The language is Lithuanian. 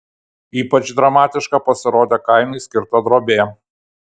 ypač dramatiška pasirodė kainui skirta drobė